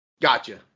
gotcha